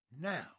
Now